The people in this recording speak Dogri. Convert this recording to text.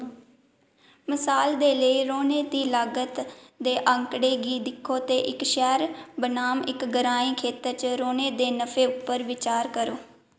मसाल दे लेई रौह्ने दी लागत दे आंकड़ें गी दिक्खो ते इक शैह्र बनाम इक ग्रांईं खेतर च रौह्ने दे नफें उप्पर बिचार करो